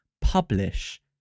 publish